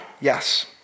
yes